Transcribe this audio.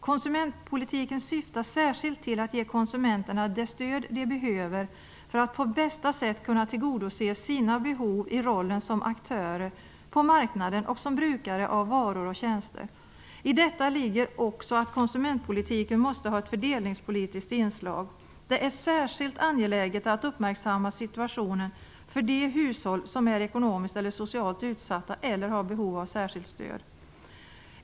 Konsumentpolitiken syftar särskilt till att ge konsumenterna det stöd de behöver för att på bästa sätt kunna tillgodose sina behov i rollen som aktörer på marknaden och som brukare av varor och tjänster. I detta ligger också att konsumentpolitiken måste ha ett fördelningspolitiskt inslag. Det är särskilt angeläget att uppmärksamma situationen för de hushåll som är ekonomiskt eller socialt utsatta eller har behov av särskilt stöd.